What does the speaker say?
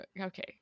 okay